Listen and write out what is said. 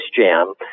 jam